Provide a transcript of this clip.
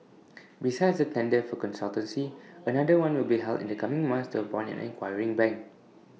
besides the tender for the consultancy another one will be held in the coming months to appoint an acquiring bank